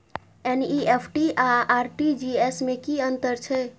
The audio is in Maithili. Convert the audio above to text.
एन.ई.एफ.टी आ आर.टी.जी एस में की अन्तर छै?